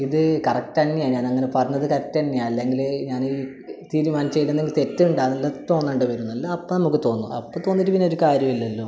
ഇത് കറെക്റ്റ് തന്നെയാണോ ഞാനങ്ങനെ പറഞ്ഞത് കറെക്റ്റ് തന്നെയാനോ അല്ലെങ്കിൽ ഞാൻ തീരുമാനിച്ചതിലെന്തെങ്കിലും തെറ്റുണ്ടോ എന്ന് തോന്നേണ്ടി വരുന്നത് അല്ലേ അപ്പോൾ നമുക്ക് തോന്നും അപ്പോൾ തോന്നിയിട്ട് പിന്നെ ഒരു കാര്യവുമില്ലല്ലോ